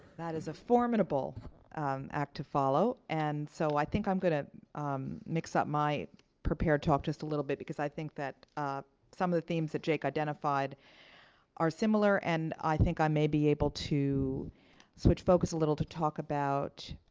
that is a formidable act to follow. and so, i think i'm going to mix up my prepared talk just a little bit. because i think that some of the themes that jake identified are similar. and i think i may be able to switch focus a little to talk about,